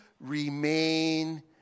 remain